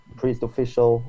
priestofficial